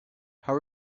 how